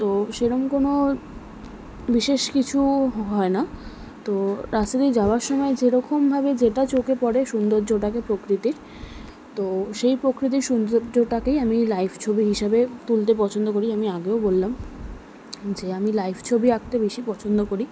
তো সেরকম কোনো বিশেষ কিছু হয় না তো রাস্তা দিয়ে যাওয়ার সময় যেরকমভাবে যেটা চোখে পড়ে সৌন্দর্যটাকে প্রকৃতির তো সেই প্রকৃতির সৌন্দর্যটাকেই আমি লাইভ ছবি হিসাবে তুলতে পছন্দ করি আমি আগেও বললাম যে আমি লাইভ ছবি আঁকতে বেশি পছন্দ করি